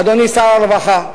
אדוני שר הרווחה,